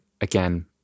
again